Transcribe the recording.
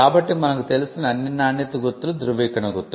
కాబట్టి మనకు తెలిసిన అన్ని నాణ్యత గుర్తులు ధృవీకరణ గుర్తు